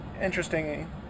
interesting